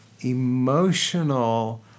emotional